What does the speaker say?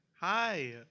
Hi